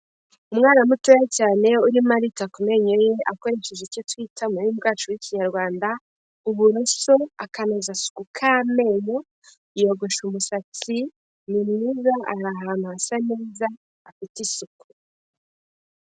Umwana mutoya cyane urimo arita ku menyo ye akoresheje icyo twita mu rurimi rwacu rw'ikinyarwanda uburuso, akanozasuku k'amenyo, yogoshe umusatsi, ni mwiza, ari ahantu hasa neza, hafite isuku.